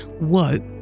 woke